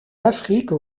afrique